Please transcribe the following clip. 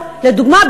לדוגמה,